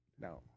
No